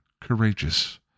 courageous